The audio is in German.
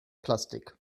plastik